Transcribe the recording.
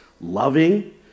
loving